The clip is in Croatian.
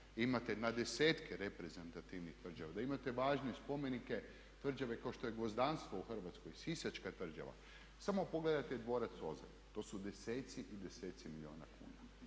imate na desetke reprezentativnih tvrđava, da imate važne spomenike, tvrđave kao što je Gvozdanstvo u Hrvatskoj, Sisačka tvrđava. Samo pogledajte dvorac Ozalj. To su deseci i deseci milijuna kuna.